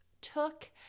took